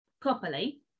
properly